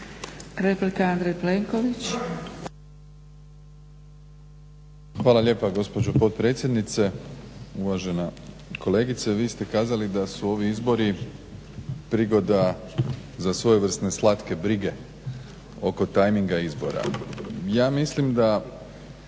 Hvala lijepa gospođo potpredsjednice. Uvažena kolegice, vi ste kazali da su ovi izbori prigoda za svojevrsne slatke brige oko tajminga izbora. Ja mislim da